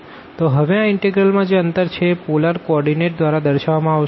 તો હવે આ ઇનટેગ્રલ માં જે અંતર છે એ પોલર કો ઓર્ડીનેટ દ્વારા દર્શાવવામાં આવશે